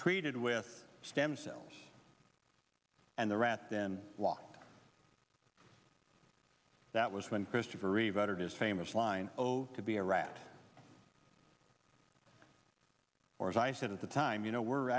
treated with stem cells and the rat then blocked that was when christopher reeve uttered his famous line oh to be a rat or as i said at the time you know we're